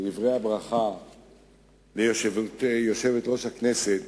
לדברי הברכה ליושבת-ראש הכנסת